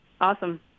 Awesome